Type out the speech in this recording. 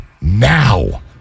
now